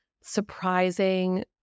Surprising